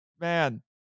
man